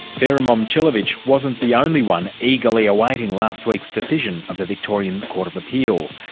vera momcilovic wasn't the only one eagerly awaiting last week's decision of the victorian court of appeal,